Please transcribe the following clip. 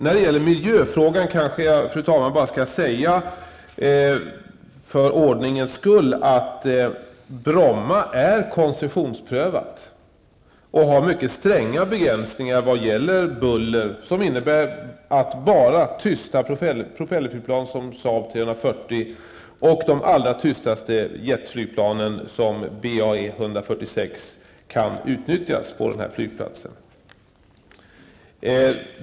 När det gäller miljöfrågan, fru talman, skall jag kanske bara för ordningens skull säga att Bromma är koncessionsprövat och har mycket stränga begränsningar vad gäller buller. Dessa innebär att bara tysta propellerflygplan som SAAB 340 och de allra tystaste jetflygplanen som BAE 146 kan utnyttjas på den här flygplatsen.